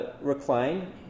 recline